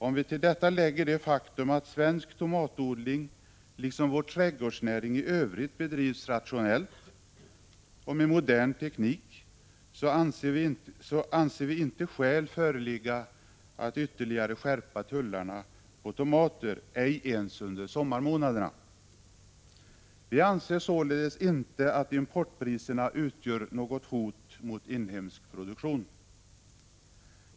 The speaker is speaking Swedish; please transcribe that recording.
Om vi till detta lägger det faktum att svensk tomtatodling, liksom vår trädgårdsnäring i övrigt, bedrivs rationellt och med modern teknik, anser vi inte skäl föreligga att ytterligare skärpa tullarna på tomater ens under sommarmånaderna. Vi anser således inte att importpriserna utgör något hot mot inhemsk produktion.